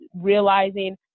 realizing